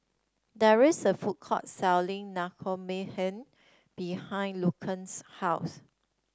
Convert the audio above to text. there's a food court selling Naengmyeon behind Lucian's house